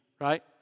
right